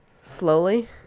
slowly